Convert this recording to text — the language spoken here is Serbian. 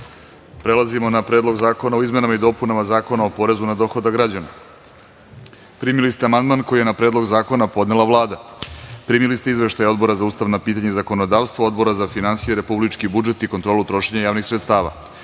zakona. Prelazimo na Predlog zakona o izmenama i dopunama Zakona o porezu na dohodak građana. Primili ste amandman koji je na predlog zakona podnela Vlada. Primili ste izveštaje Odbora za ustavna pitanja i zakonodavstvo, Odbora za finansije, republički budžet i kontrolu trošenja javnih sredstava. Pošto